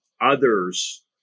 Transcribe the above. others